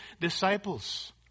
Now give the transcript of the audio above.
disciples